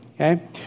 Okay